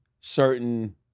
certain